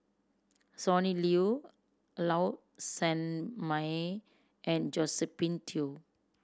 Sonny Liew Low Sanmay and Josephine Teo